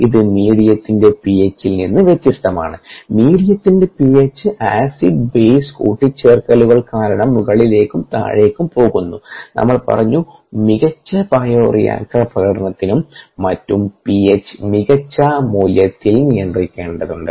ഇത് മീഡിയത്തിന്റെ പിഎച്ചിൽ നിന്ന് വ്യത്യസ്തമാണ് മീഡിയത്തിന്റെ പിഎച്ച് ആസിഡ് ബേസ് കൂട്ടിച്ചേർക്കലുകൾ കാരണം മുകളിലേക്കും താഴേക്കും പോകുന്നു നമ്മൾ പറഞ്ഞു മികച്ച ബയോറിയാക്റ്റർ പ്രകടനത്തിനും മറ്റും പിഎച്ച് മികച്ച മൂല്യത്തിൽ നിയന്ത്രിക്കേണ്ടതുണ്ട്